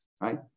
right